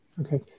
okay